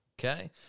okay